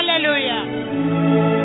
Hallelujah